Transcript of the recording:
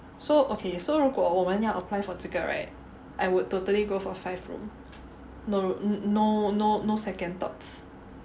so okay so 如果我们要 apply for 这个 right I would totally go for five room no no no no second thoughts